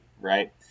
right